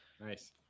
Nice